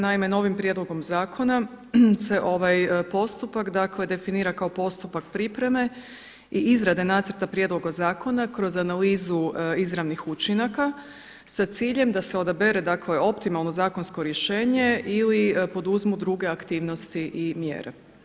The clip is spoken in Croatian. Naime, novim prijedlogom zakona se postupak, dakle definira kao postupak pripreme i izrade nacrta prijedloga zakona kroz analizu izravnih učinaka sa ciljem da se odabere dakle optimalno zakonsko rješenje ili poduzmu druge aktivnosti i mjere.